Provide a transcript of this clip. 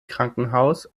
krankenhaus